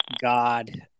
God